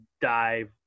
dive